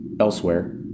Elsewhere